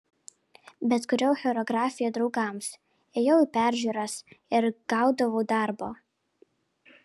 bet kūriau choreografiją draugams ėjau į peržiūras ir gaudavau darbo